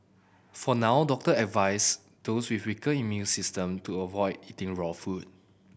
for now doctor advise those with weaker immune system to avoid eating raw food